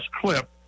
clip